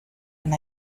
and